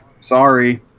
sorry